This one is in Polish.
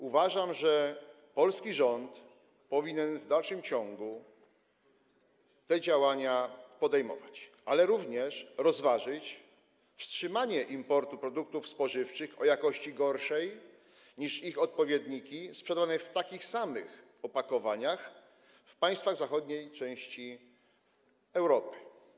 Uważam, że polski rząd powinien w dalszym ciągu te działania podejmować, ale również rozważyć wstrzymanie importu produktów spożywczych o jakości gorszej niż ich odpowiedniki sprzedawane w takich samych opakowaniach w państwach zachodniej części Europy.